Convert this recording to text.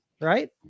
right